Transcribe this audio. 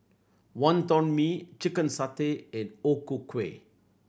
Wonton Mee chicken satay and O Ku Kueh